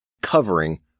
covering